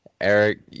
Eric